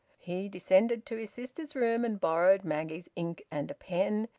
he descended to his sister's room and borrowed maggie's ink and a pen,